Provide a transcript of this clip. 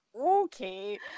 Okay